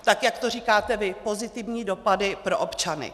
Tak jak to říkáte vy, pozitivní dopady pro občany.